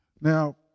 Now